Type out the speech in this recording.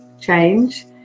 change